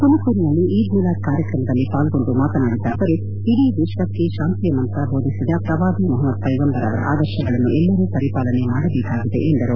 ತುಮಕೂರಿನಲ್ಲಿ ಈದ್ ಮಿಲಾದ್ ಕಾರ್ಯಕ್ರಮದಲ್ಲಿ ಪಾಲ್ಗೊಂಡು ಮಾತನಾಡಿದ ಅವರು ಇಡೀ ವಿಶ್ವಕ್ಕೆ ಶಾಂತಿಯ ಮಂತ್ರ ಬೋಧಿಸಿದ ಪ್ರವಾದಿ ಮಹಮದ್ ಪ್ಲೆಗಂಬರ್ ಅವರ ಆದರ್ಶಗಳನ್ನು ಎಲ್ಲರು ಪರಿಪಾಲನೆ ಮಾಡಬೇಕಿದೆ ಎಂದರು